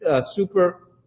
super